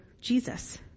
Jesus